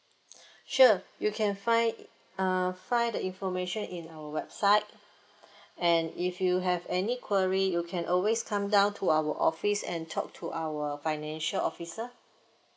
sure you can find uh find the information in our website and if you have any query you can always come down to our office and talk to our financial officer